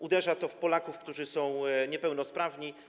Uderza to w Polaków, którzy są niepełnosprawni.